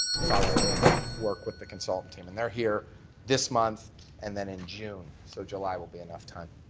following work with the consultant team and they're here this month and then in june. so july will be enough time.